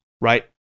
right